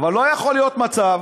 אבל לא יכול להיות מצב,